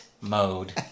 mode